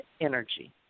energy